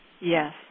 Yes